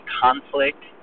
conflict